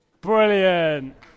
Brilliant